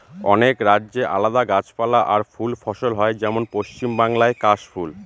অনেক রাজ্যে আলাদা গাছপালা আর ফুল ফসল হয় যেমন পশ্চিম বাংলায় কাশ ফুল